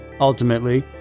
Ultimately